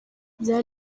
bya